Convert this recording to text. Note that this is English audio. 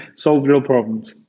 solve real problems.